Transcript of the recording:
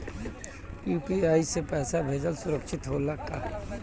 UPI से पैसा भेजल सुरक्षित होला का?